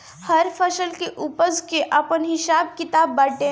हर फसल के उपज के आपन हिसाब किताब बाटे